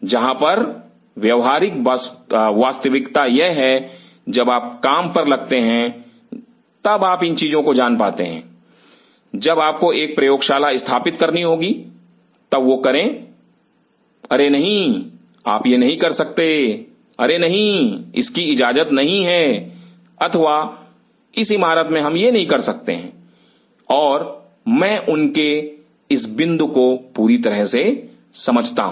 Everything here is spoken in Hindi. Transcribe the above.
जहां पर व्यवहारिक वास्तविकता यह है जब आप काम पर लगते हैं तब आप इन चीजों को जान पाते हैं जब आपको एक प्रयोगशाला स्थापित करनी होगी तब वह कहें अरे नहीं आप यह नहीं कर सकते अरे नहीं इसकी इजाजत नहीं है अथवा इस इमारत में हम यह नहीं कर सकते हैं और मैं उनके इस बिंदु को पूरी तरह से समझता हूं